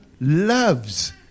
loves